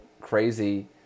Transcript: crazy